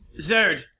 Zerd